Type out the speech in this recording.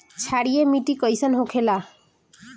क्षारीय मिट्टी कइसन होखेला?